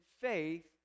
faith